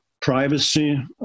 privacy